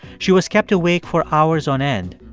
she was kept awake for hours on end.